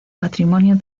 patrimonio